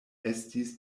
estis